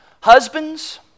Husbands